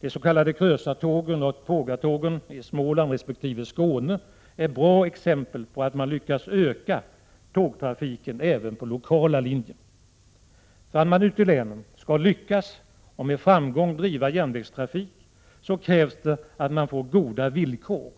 De s.k. ”Krösatågen” och ”Pågatågen” i Småland resp. Skåne är bra exempel på att man lyckats utöka tågtrafiken även på lokala linjer. För att man ute i länen skall lyckas att med framgång driva järnvägstrafik så krävs det att man får goda villkor.